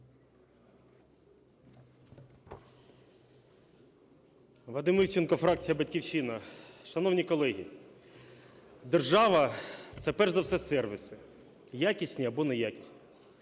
Вадим Івченко, фракція "Батьківщина". Шановні колеги, держава – це перш за все сервіси якісні або неякісні,